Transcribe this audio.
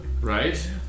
Right